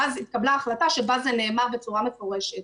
שאז התקבלה החלטה שבה זה נאמר בצורה מפורשת.